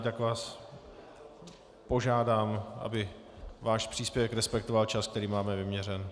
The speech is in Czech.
Tak vás požádám, aby váš příspěvek respektoval čas, který máme vyměřen.